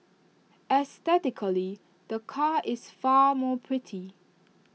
aesthetically the car is far more pretty